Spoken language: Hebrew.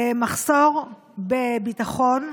מחסור בביטחון,